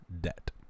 debt